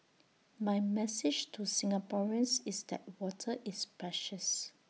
my message to Singaporeans is that water is precious